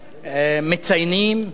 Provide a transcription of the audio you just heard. מציינים,